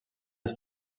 les